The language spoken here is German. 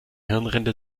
hirnrinde